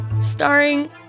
starring